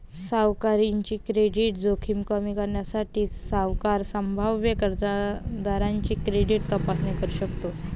सावकाराची क्रेडिट जोखीम कमी करण्यासाठी, सावकार संभाव्य कर्जदाराची क्रेडिट तपासणी करू शकतो